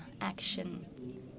action